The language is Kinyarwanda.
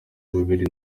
babiri